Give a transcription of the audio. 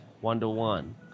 one-to-one